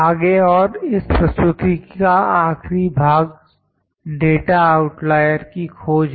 आगे और इस प्रस्तुति का आखिरी भाग डाटा आउटलायर की खोज है